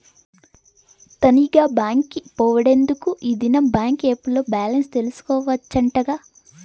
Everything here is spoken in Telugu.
తనీగా బాంకి పోవుడెందుకూ, ఈ దినం బాంకీ ఏప్ ల్లో బాలెన్స్ తెల్సుకోవచ్చటగా